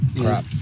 crap